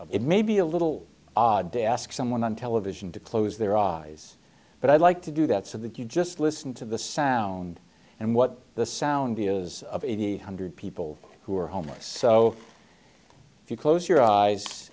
of it may be a little odd to ask someone on television to close their eyes but i'd like to do that so that you just listen to the sound and what the sound is of a hundred people who are homeless so if you close your eyes